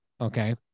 Okay